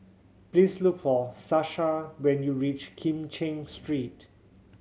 please look for Sasha when you reach Kim Cheng Street